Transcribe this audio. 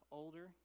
older